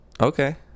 Okay